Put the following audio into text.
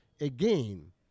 Again